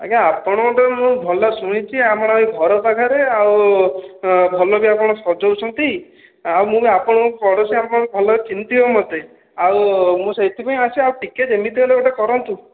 ଆଜ୍ଞା ଆପଣଙ୍କ ଠାରୁ ମୁଁ ଭଲ ଶୁଣିଛି ଆମର ଏ ଘର ପାଖରେ ଆଉ ଭଲ ବି ଆପଣ ସଜଉଛନ୍ତି ଆଉ ମୁଁ ଆପଣଙ୍କ ପଡ଼ୋଶୀ ଆପଣ ଭଲରେ ଚିହ୍ନିଥିବେ ମୋତେ ଆଉ ମୁଁ ସେଇଥିପାଇଁ ଆସିଛି ଆଉ ଟିକେ ଯେମିତି ହେଲେ ଗୋଟେ କରନ୍ତୁ